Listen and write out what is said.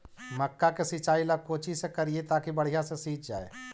मक्का के सिंचाई ला कोची से करिए ताकी बढ़िया से सींच जाय?